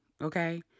okay